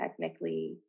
technically